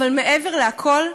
אבל מעבר לכול,